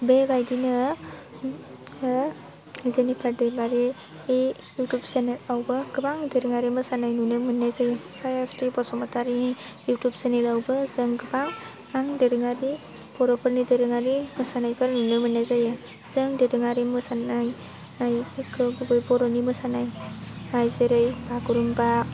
बे बायदिनो जेनिफार दैमारि इउटुब चेनेलावबो गोबां दोरोङारि मोसानाय नुनो मोन्नाय जायो सायास्रि बसुमतारीनि इउटुब चेनेलावबो जों गोबां बां दोरोङारि बर'फोरनि दोरोङारि मोसानायफोर नुनो मोन्नाय जायो जों दोरोङारि मोसानाय नायखौ बर'नि मोसानाय आइ जेरै बागुरुमबा